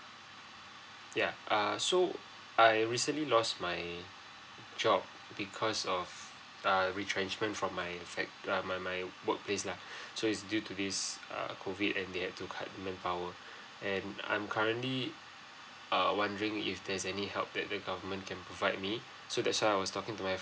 ya uh so I recently lost my job because of uh retrenchment from my fac err my my workplace lah so it's due to this err COVID and they had to cut manpower and I'm currently uh wondering if there's any help that the government can provide me so that's why I was talking to my friend